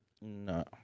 No